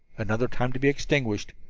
another time to be extinguished.